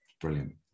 Brilliant